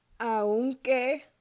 aunque